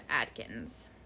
Adkins